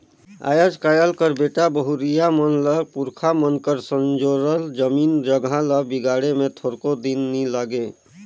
आएज काएल कर बेटा बहुरिया मन ल पुरखा मन कर संजोरल जमीन जगहा ल बिगाड़े ले थोरको दिन नी लागे